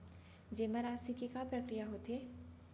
जेमा राशि के का प्रक्रिया होथे?